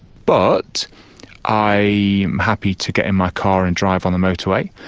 but i am happy to get in my car and drive on the motorway,